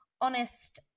honest